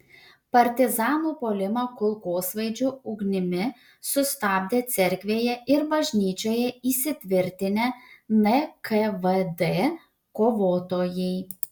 partizanų puolimą kulkosvaidžių ugnimi sustabdė cerkvėje ir bažnyčioje įsitvirtinę nkvd kovotojai